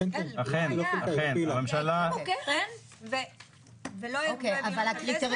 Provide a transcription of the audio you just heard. הקימו קרן ולא העבירו את הכסף.